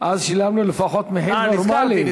אז שילמנו לפחות מחיר נורמלי, מחיר נורמלי.